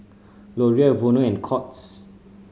L'Oreal Vono and Courts